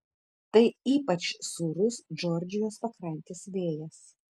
tai ypač sūrus džordžijos pakrantės vėjas